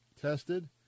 tested